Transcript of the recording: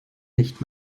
nicht